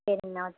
சரிங்ணா